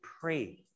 pray